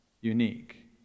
unique